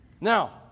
now